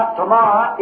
tomorrow